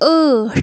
ٲٹھ